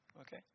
Okay